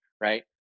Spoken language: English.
right